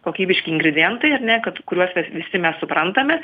kokybiški ingredientai ar ne kad kuriuos mes visi mes suprantame